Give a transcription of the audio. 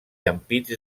ampits